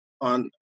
on